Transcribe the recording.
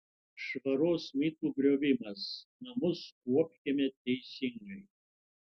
švaros mitų griovimas namus kuopkime teisingai